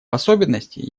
особенности